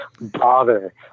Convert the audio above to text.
bother